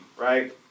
right